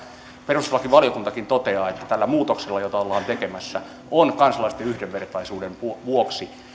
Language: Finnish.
perustuslakivaliokuntakin toteaa että tällä muutoksella jota ollaan tekemässä kansalaisten yhdenvertaisuuden vuoksi